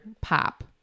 pop